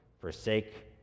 forsake